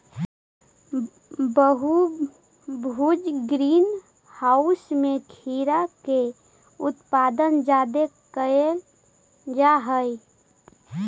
बहुभुज greenhouse में खीरा के उत्पादन जादे कयल जा हई